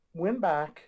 Winback